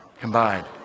combined